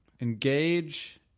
engage